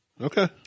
Okay